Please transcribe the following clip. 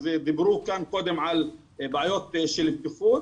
אז דיברו כאן קודם על בעיות של בטיחות,